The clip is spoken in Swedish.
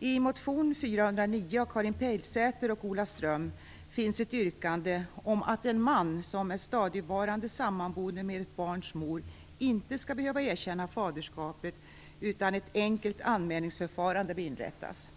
I motion L409 av Karin Pilsäter och Ola Ström finns ett yrkande om att en man som är stadigvarande sammanboende med ett barns mor inte skall behöva erkänna faderskapet, utan i stället bör ett enkelt anmälningsförfarande inrättas.